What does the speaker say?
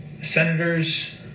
Senators